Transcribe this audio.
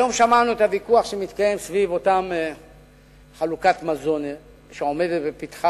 היום שמענו את הוויכוח שמתקיים סביב אותה חלוקת מזון שעומדת בפתח,